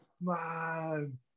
Man